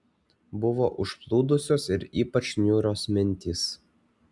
buvo užplūdusios ir ypač niūrios mintys